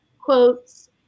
quotes